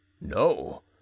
no